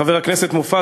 חבר הכנסת מופז,